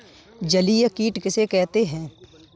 जलीय कीट किसे कहते हैं?